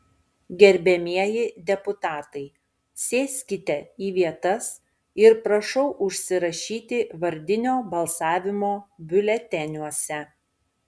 gerbiamieji deputatai sėskite į vietas ir prašau užsirašyti vardinio balsavimo biuleteniuose